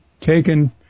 taken